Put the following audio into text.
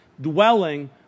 dwelling